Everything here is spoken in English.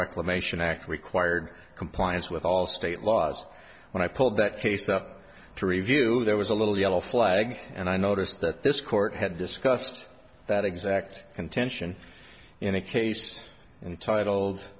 reclamation act required compliance with all state laws when i pulled that case up to review there was a little yellow flag and i notice that this court had discussed that exact contention in the case and title